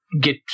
get